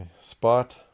spot